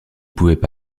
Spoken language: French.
pouvaient